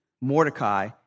Mordecai